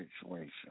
situation